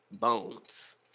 bones